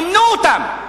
אימנו אותם.